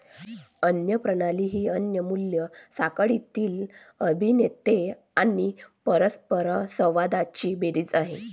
अन्न प्रणाली ही अन्न मूल्य साखळीतील अभिनेते आणि परस्परसंवादांची बेरीज आहे